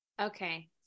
Okay